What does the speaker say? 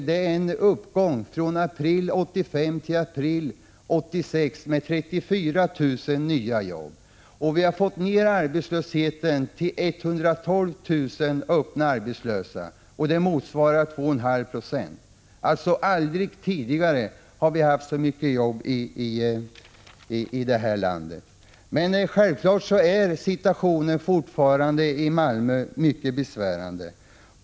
Det är en uppgång från april 1985 till april 1986 med 34 000 nya jobb. Vi har fått ner arbetslösheten till 112 000 öppet arbetslösa. Det motsvarar 2,5 90. Alltså aldrig tidigare har vi haft så många arbeten i det här landet. Men självfallet är situationen i Malmö fortfarande mycket besvärande.